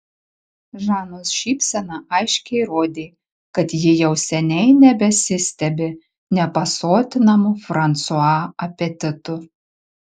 žanos šypsena aiškiai rodė kad ji jau seniai nebesistebi nepasotinamu fransua apetitu